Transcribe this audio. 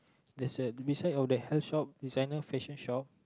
there's a beside of the health shop designer fashion shop